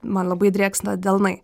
man labai drėksta delnai